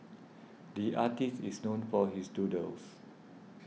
the artist is known for his doodles